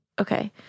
Okay